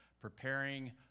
preparing